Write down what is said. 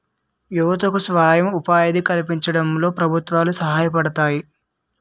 యువతకు స్వయం ఉపాధి కల్పించడంలో ప్రభుత్వాలు సహాయపడతాయి